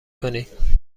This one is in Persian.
کنید